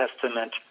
Testament